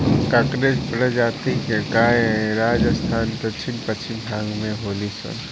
कांकरेज प्रजाति के गाय राजस्थान के दक्षिण पश्चिम भाग में होली सन